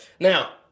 now